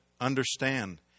understand